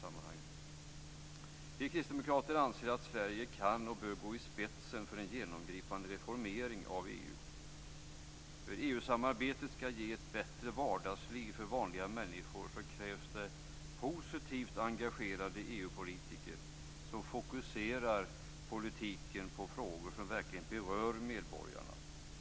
Vi kristdemokrater anser att Sverige kan och bör gå i spetsen för en genomgripande reformering av EU. För att EU-samarbetet skall ge ett bättre vardagsliv för vanliga människor krävs positivt engagerade EU-politiker, som fokuserar politiken på frågor som verkligen berör medborgarna.